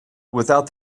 without